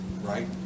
right